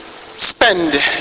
spend